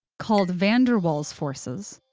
called van der waals forces,